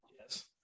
Yes